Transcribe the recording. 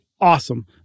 awesome